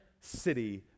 city